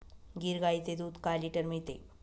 गीर गाईचे दूध काय लिटर मिळते?